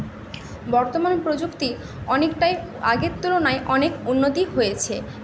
বর্তমান প্রযুক্তির অনেকটাই আগের তুলনায় অনেক উন্নতি হয়েছে